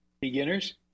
beginners